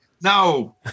no